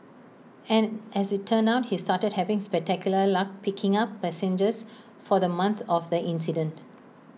and as IT turned out he started having spectacular luck picking up passengers for the month of the incident